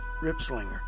Ripslinger